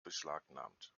beschlagnahmt